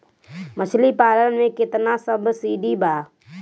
मछली पालन मे केतना सबसिडी बा?